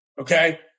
okay